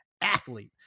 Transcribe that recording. athlete